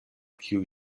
kiuj